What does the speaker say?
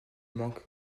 manque